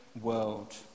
world